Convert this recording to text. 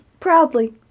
proudly.